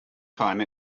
time